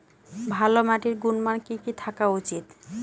ভালো মাটির গুণমান কি কি থাকা উচিৎ?